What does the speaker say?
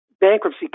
bankruptcy